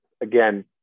again